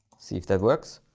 see if that works.